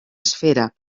esfera